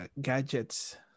gadgets